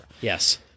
Yes